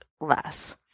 less